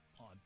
on